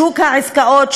שוק העסקאות,